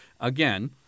Again